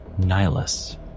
Nihilus